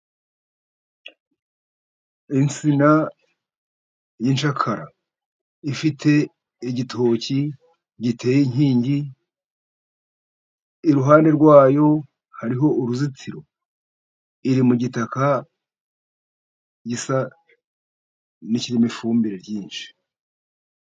Insina y'incakara, ifite igitoki giteye inkingi, iruhande rwa yo hariho uruzitiro. Iri mu gitaka gisa n'ikirimo ifumbire ryinshi.